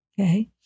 Okay